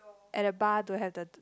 and the bar do you have the the